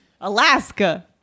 alaska